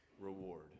reward